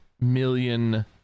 million